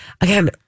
again